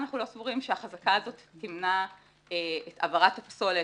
אנחנו לא סבורים שהחזקה הזאת תמנע את העברת הפסולת,